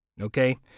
okay